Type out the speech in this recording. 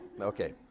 okay